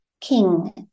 King